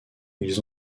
ils